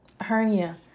hernia